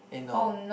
eh no